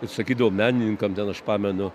ir sakydavau menininkam ten aš pamenu